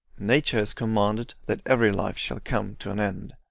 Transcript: nature has commanded that every life shall come to an end.